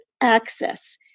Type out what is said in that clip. access